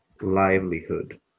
livelihood